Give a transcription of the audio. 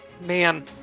Man